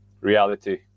reality